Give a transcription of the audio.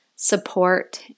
support